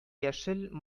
яшел